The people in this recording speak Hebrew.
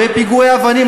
בפיגועי אבנים.